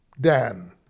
Dan